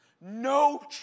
No